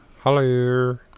Hello